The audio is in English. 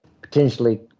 potentially